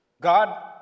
God